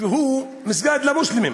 והוא מסגד למוסלמים,